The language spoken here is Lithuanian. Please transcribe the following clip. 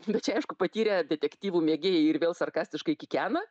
bet čia aišku patyrę detektyvų mėgėjai ir vėl sarkastiškai kikena